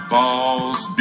Balls